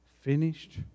finished